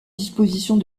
dispositions